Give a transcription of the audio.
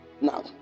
Now